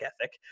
ethic